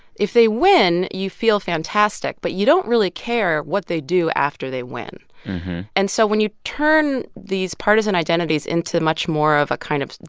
if they win, you feel fantastic, but you don't really care what they do after they win and so when you turn these partisan identities into much more of a kind of,